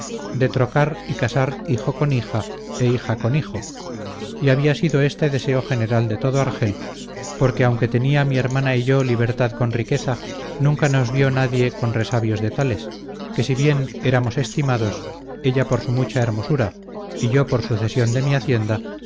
de trocar y casar hijo con hija e hija con hijo y había sido este deseo general en todo argel porque aunque tenía mi hermana y yo libertad con riqueza nunca nos vio nadie con resabios de tales que si bien éramos estimados ella por su mucha hermosura y yo por sucesión de mi hacienda